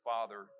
Father